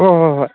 ꯍꯣꯏ ꯍꯣꯏ ꯍꯣꯏ